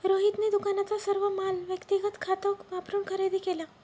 रोहितने दुकानाचा सर्व माल व्यक्तिगत खात वापरून खरेदी केला